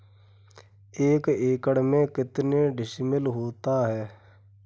एक एकड़ में कितने डिसमिल होता है?